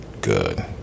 good